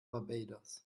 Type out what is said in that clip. barbados